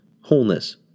wholeness